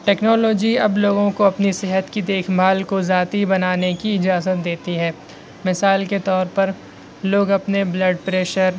technology اب لوگوں کو اپنی صحت کی دیکھ بھال کو ذاتی بنانے کی اجازت دیتی ہے مثال کے طور پر لوگ اپنے بلڈ پریشر